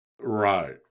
right